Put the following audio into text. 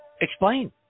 explain